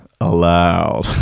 Allowed